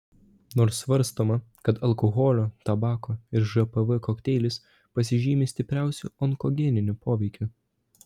nors svarstoma kad alkoholio tabako ir žpv kokteilis pasižymi stipriausiu onkogeniniu poveikiu